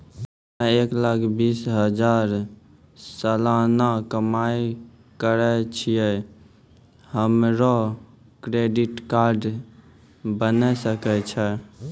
हम्मय एक लाख बीस हजार सलाना कमाई करे छियै, हमरो क्रेडिट कार्ड बने सकय छै?